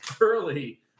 early